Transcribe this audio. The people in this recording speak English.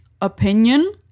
opinion